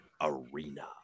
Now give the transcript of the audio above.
Arena